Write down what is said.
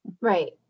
Right